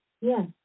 Yes